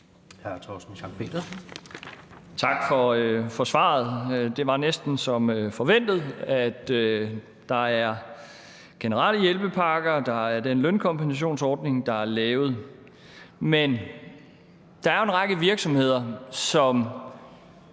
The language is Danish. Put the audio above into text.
Tak for svaret. Det var næsten som forventet, nemlig at der er generelle hjælpepakker, og at der er den lønkompensationsordning, der er lavet. Men der er jo en række virksomheder, som